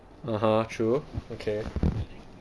(uh huh) true okay